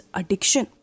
addiction